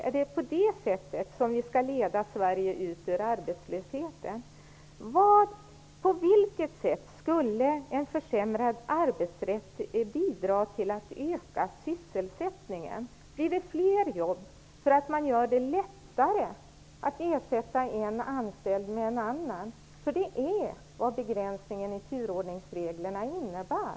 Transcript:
Är det på det sättet som vi skall leda Sverige ut ur arbetslösheten? På vilket sätt skulle en försämrad arbetsrätt bidra till att öka sysselsättningen? Blir det fler jobb för att man gör det lättare att ersätta en anställd med en annan? Det är vad begränsningen i turordningsreglerna innebär.